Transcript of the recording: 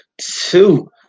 two